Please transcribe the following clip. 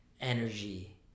energy